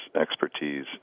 expertise